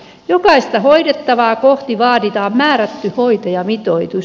jokaista hoidettavaa kohti vaaditaan määrätty hoitajamitoitus